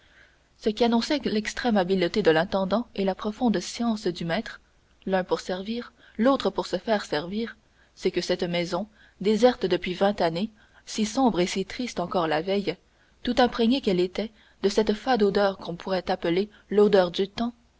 ce qui annonçait l'extrême habileté de l'intendant et la profonde science du maître l'un pour servir l'autre pour se faire servir c'est que cette maison déserte depuis vingt années si sombre et si triste encore la veille tout imprégnée qu'elle était de cette fade odeur qu'on pourrait appeler l'odeur du temps